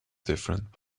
difference